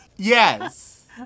Yes